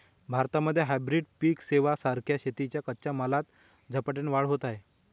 भारतामध्ये हायब्रीड पिक सेवां सारख्या शेतीच्या कच्च्या मालात झपाट्याने वाढ होत आहे